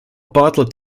bartlett